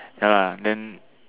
ya lah then